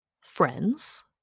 friends